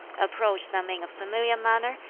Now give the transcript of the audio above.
approach them in a familiar manner,